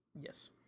Yes